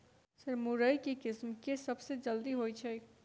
Sir मुरई केँ किसिम केँ सबसँ जल्दी होइ छै?